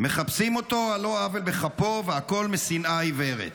מחפשים אותו על לא עוול בכפו, והכול משנאה עיוורת.